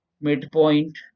midpoint